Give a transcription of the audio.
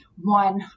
One